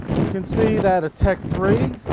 you can see that a tek three